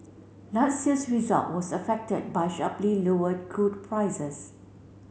last year's result were affected by sharply lower crude prices